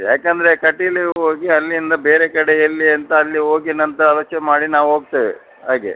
ಯಾಕಂದ್ರೆ ಕಟೀಲು ಹೋಗಿ ಅಲ್ಲಿಂದ ಬೇರೆ ಕಡೆ ಎಲ್ಲಿ ಅಂತ ಅಲ್ಲಿ ಹೋಗಿ ಅಂತ ಆಲೋಚನೆ ಮಾಡಿ ನಾವು ಹೋಗ್ತೇವೆ ಹಾಗೆ